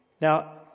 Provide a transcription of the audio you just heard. Now